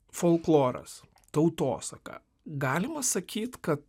folkloras tautosaka galima sakyt kad